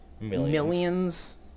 millions